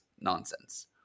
nonsense